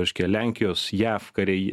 reiškia lenkijos jav kariai